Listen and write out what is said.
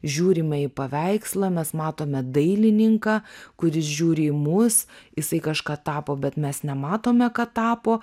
žiūrime į paveikslą mes matome dailininką kuris žiūri į mus jisai kažką tapo bet mes nematome ką tapo